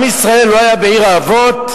עם ישראל לא היה בעיר האבות,